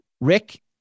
Rick